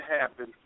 happen